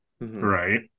right